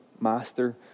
Master